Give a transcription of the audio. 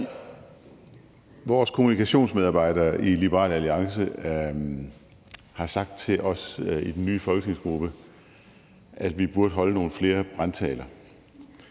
Vores kommunikationsmedarbejdere i Liberal Alliance har sagt til os i den nye folketingsgruppe, at vi burde holde nogle flere brandtaler.